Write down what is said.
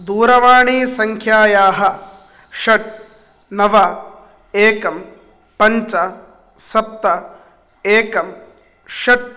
दूरवाणीसङ्ख्यायाः षट् नव एकं पञ्च सप्त एकं षट्